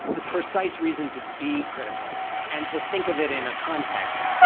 the precise reason to be critical and to think of it in a context.